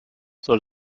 soll